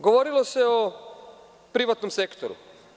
Govorilo se o privatnom sektoru.